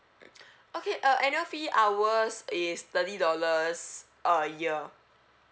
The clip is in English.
okay uh annual fee ours is thirty dollars a year